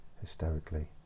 hysterically